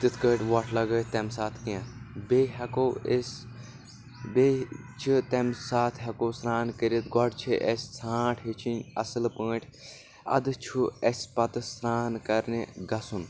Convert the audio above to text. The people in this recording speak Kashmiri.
تِتھ کأٹھۍ وۄٹھ لگأوِتھ تَمہِ ساتہٕ کیٚنٛہہ بیٚیہِ ہٮ۪کو أسۍ بیٚیہِ چھ تَمہِ ساتہٕ ہٮ۪کو سرٛان کٔرِتھ گۄڈ چھ اَسہِ ژھانٛٹھ ہیٚچِھنۍ اَصل پأٹھۍ اَدٕ چھُ اَسہِ پتہٕ سرٛان کرنہِ گژھُن